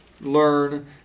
learn